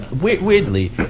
weirdly